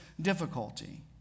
difficulty